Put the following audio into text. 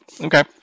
Okay